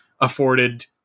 afforded